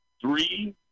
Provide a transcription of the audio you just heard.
three